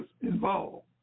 involved